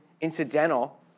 incidental